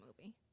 movie